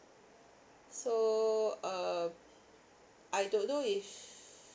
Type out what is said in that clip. so um I don't know if